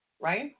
right